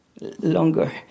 longer